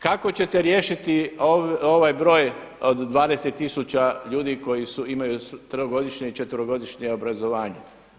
Kako ćete riješiti ovaj broj od 20 tisuća ljudi koji imaju trogodišnje i četverogodišnje obrazovanje?